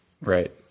Right